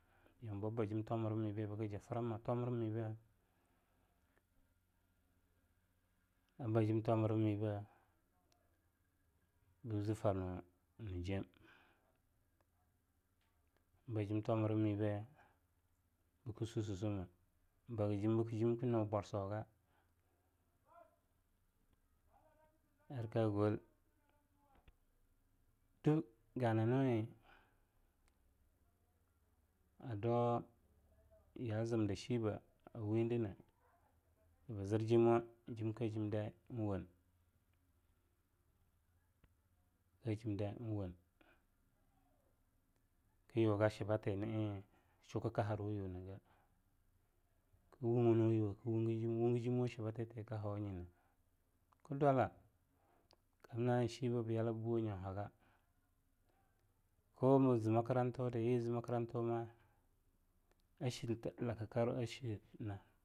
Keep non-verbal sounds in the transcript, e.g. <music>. Yambau bajim tomramibe bkja frama tomramibe a bajim tomramibe bbzi franunjem, ba jim tomramibe bksussusumeh a bagjim bk nubwarsoga arka gol duk gananuen a dau ya zimda shibe a winde bzrjimwe jim kajimdai enwon, kajimdai en won kyauga shibathe na'een chukkaharwyu nge chibathe na en chukkahawyunge kwunweyuweh enwungi jim weh a chibatheyathe na'en chukkaharwyu'nge kwunweyu weh enwugijimwe a shibathe kahonyine kdwala kamna'en shibe byala bbuwe'anyau hagako mze makrantuda yi zema kmantuma a shilakkarwa ash ne. <noise>